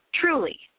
Truly